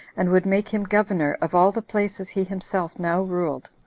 and would make him governor of all the places he himself now ruled,